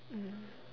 mm